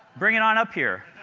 bring it on up here.